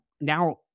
now